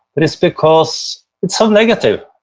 but it's because it's so negative,